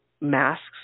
masks